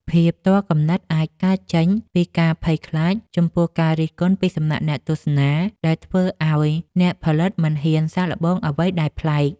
ភាពទាល់គំនិតអាចកើតចេញពីការភ័យខ្លាចចំពោះការរិះគន់ពីសំណាក់អ្នកទស្សនា ដែលធ្វើឱ្យអ្នកផលិតមិនហ៊ានសាកល្បងអ្វីដែលប្លែក។